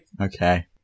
Okay